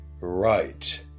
Right